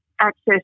access